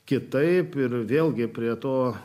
kitaip ir vėlgi prie to